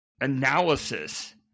analysis